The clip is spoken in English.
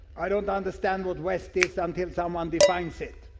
i don't understand what west is until someone defines it.